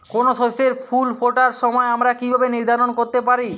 কোনো শস্যের ফুল ফোটার সময় আমরা কীভাবে নির্ধারন করতে পারি?